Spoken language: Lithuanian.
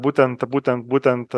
būtent būtent būtent